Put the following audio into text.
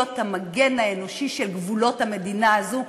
המגן האנושי של גבולות המדינה הזאת.